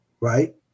right